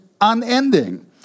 unending